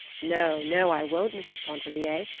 no, no, i won't, mrs. pontellier.